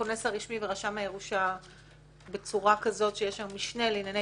הכונס הרשמי ורשם הירושה בצורה כזאת שיש שם משנה לענייני